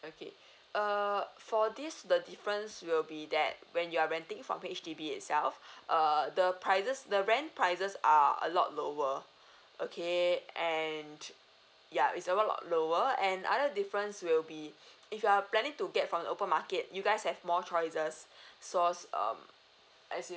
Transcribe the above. okay err for this the difference will be that when you are renting from H_D_B itself err the prices the rent prices are a lot lower okay and yeah It's a lot lower and other difference will be if you are planning to get from the open market you guys have more choices source um I see